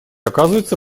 оказывается